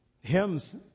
Hymns